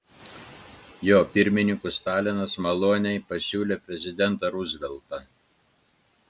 jo pirmininku stalinas maloniai pasiūlė prezidentą ruzveltą